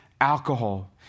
alcohol